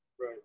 Right